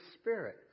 spirit